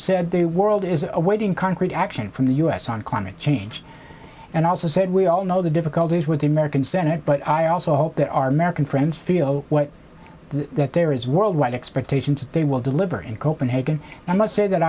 said they world is awaiting concrete action from the u s on climate change and also said we all know the difficulties with the american senate but i also hope that our american friends feel that there is worldwide expectations that they will deliver in copenhagen i must say that